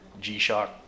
G-Shock